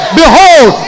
behold